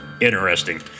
interesting